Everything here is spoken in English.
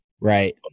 Right